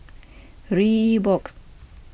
Reebok